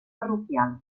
parroquial